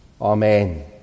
Amen